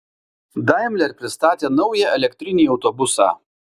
daimler pristatė naują elektrinį autobusą